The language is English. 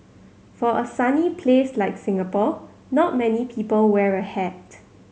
for a sunny place like Singapore not many people wear a hat